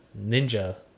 ninja